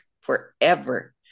forever